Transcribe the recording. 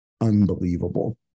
unbelievable